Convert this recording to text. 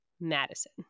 Madison